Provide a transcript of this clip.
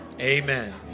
Amen